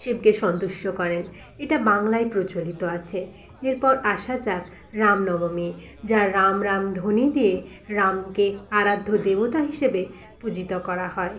শিবকে সন্তুষ্ট করেন এটা বাংলায় প্রচলিত আছে এরপর আসা যাক রাম নবমী যা রাম রাম ধ্বনি দিয়ে রামকে আরাধ্য দেবতা হিসেবে পূজিত করা হয়